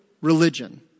religion